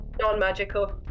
Non-magical